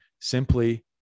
simply